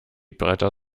bretter